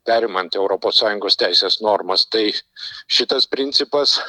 perimant europos sąjungos teisės normas tai šitas principas